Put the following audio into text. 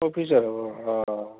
অফিচত